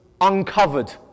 uncovered